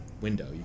window